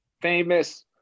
famous